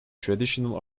traditional